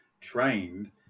trained